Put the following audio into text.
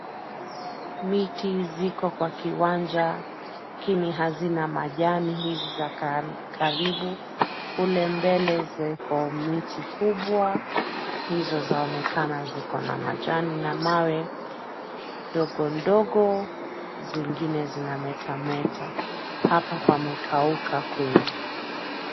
Miti ziko kwa kiwanja, lakini hazina majani hizi za karibu. Kule mbele ziko miti kubwa, hizo zaonekana ziko na majani na mawe, ndogo ndogo ,zingine zinametameta. Hapa pamekauka kweli.